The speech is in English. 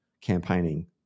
campaigning